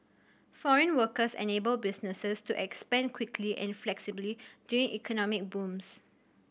foreign workers enable businesses to expand quickly and flexibly during economic booms